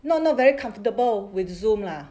not not very comfortable with zoom lah